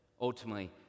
Ultimately